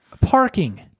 Parking